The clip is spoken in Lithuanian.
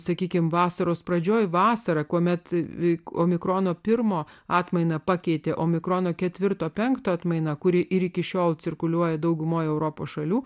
sakykime vasaros pradžioje vasarą kuomet omikrono pirmo atmaina pakeitė omikrono ketvirto penkto atmaina kuri ir iki šiol cirkuliuoja daugumoje europos šalių